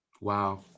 wow